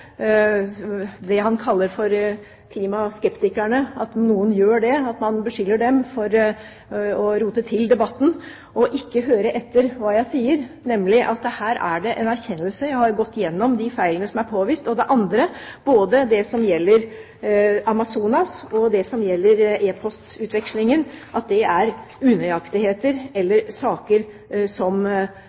han kaller for klimaskeptikerne – noen av dem – for å rote til debatten og hører ikke etter hva jeg sier, nemlig at her er det en erkjennelse: Jeg har gått gjennom de feilene som er påvist. Det andre er at det som gjelder Amazonas og e-post-utvekslingen, er unøyaktigheter eller saker som